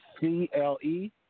C-L-E